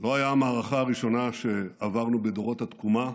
לא היה המערכה הראשונה שעברנו בדורות התקומה,